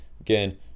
again